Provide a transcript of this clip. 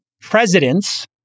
presidents